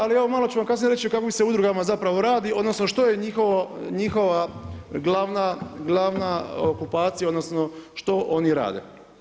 Ali evo malo ću vam kasnije reći o kakvim se udrugama zapravo radi, odnosno što je njihova glavna okupacija, odnosno što oni rade.